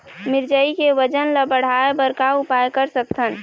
मिरचई के वजन ला बढ़ाएं बर का उपाय कर सकथन?